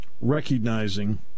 recognizing